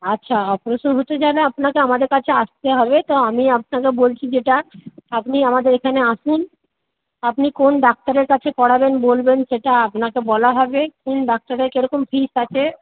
আচ্ছা অপারেশন হতে গেলে আপনাকে আমাদের কাছে আসতে হবে তো আমি আপনাকে বলছি যেটা আপনি আমাদের এখানে আসুন আপনি কোন ডাক্তারের কাছে করাবেন বলবেন সেটা আপনাকে বলা হবে কোন ডাক্তারের কীরকম ফিজ আছে